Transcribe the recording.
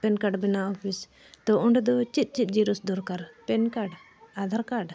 PAN card ᱵᱮᱱᱟ office ᱛᱚ ᱚᱸᱰᱮ ᱫᱚ ᱪᱮᱫ ᱪᱮᱫ ᱡᱮᱨᱚᱠᱥ ᱫᱚᱨᱠᱟᱨ ᱯᱮᱱ ᱠᱟᱨᱰ ᱟᱫᱷᱟᱨ ᱠᱟᱨᱰ